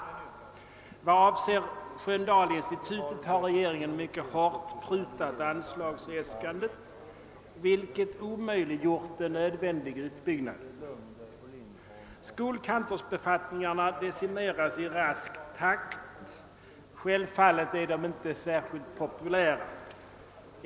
Beträffande Sköndalsinstitutet har Kungl. Maj:t mycket hårt prutat på anslagsäskandet, vilket omöjliggör en nödvändig utbyggnad. Skolkantorsbefattningarna decimeras i rask takt — självfallet är de inte särskilt populära.